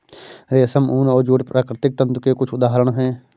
रेशम, ऊन और जूट प्राकृतिक तंतु के कुछ उदहारण हैं